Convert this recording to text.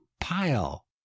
pile